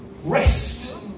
Rest